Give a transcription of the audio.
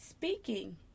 Speaking